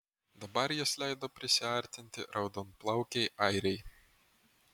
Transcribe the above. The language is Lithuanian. dabar jis leido prisiartinti raudonplaukei airei